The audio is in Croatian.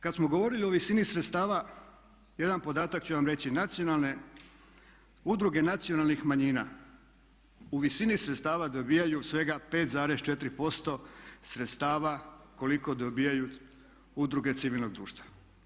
Kada smo govorili o visini sredstava, jedan podatak ću vam reći, nacionalne, udruge nacionalnih manjina u visini sredstava dobivaju svega 5,4% sredstava koliko dobivaju udruge civilnog društva.